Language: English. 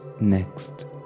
next